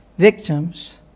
victims